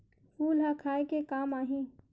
फूल ह खाये के काम आही?